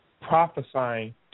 prophesying